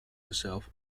herself